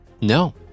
no